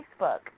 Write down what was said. Facebook